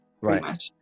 Right